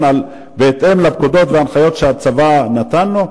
בהתאם לפקודות ולהנחיות שהצבא נתן לו?